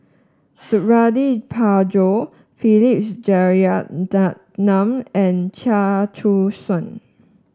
Suradi Parjo Philip Jeyaretnam and Chia Choo Suan